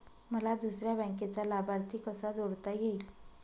मला दुसऱ्या बँकेचा लाभार्थी कसा जोडता येईल?